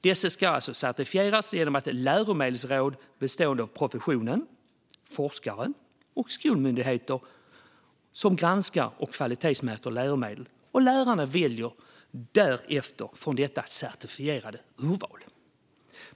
Dessa ska certifieras av ett läromedelsråd bestående av företrädare för professionen, forskare och skolmyndigheter, som granskar och kvalitetsmärker läromedel. Lärarna väljer därefter från detta certifierade urval.